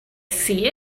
see